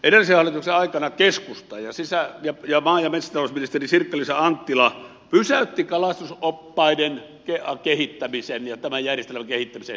edellisen hallituksen aikana keskusta ja maa ja metsätalousministeri sirkka liisa anttila pysäytti kalastusoppaiden kehittämisen ja tämän järjestelmän kehittämisen